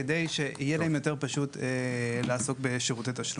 כדי שיהיה להם יותר פשוט לעסוק בשירותי תשלום.